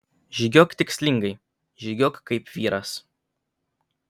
žygiuok tikslingai žygiuok kaip vyras